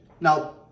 Now